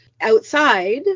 outside